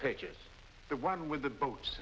pictures the one with the boat